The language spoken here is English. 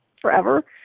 forever